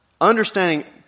understanding